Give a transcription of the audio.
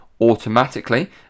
automatically